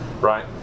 right